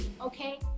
okay